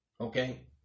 Okay